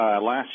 last